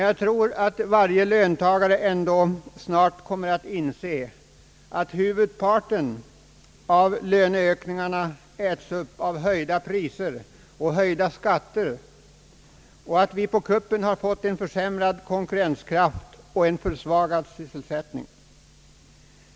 Jag tror dock att varje löntagare ändå snart kommer att inse, att huvudparten av löneökningarna äts upp av höjda priser och höjda skatter och att vi på kuppen fått försämrad konkurrenskraft och försvagad sysselsättning.